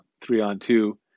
three-on-two